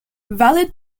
valid